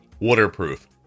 waterproof